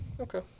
Okay